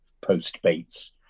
post-Bates